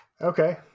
Okay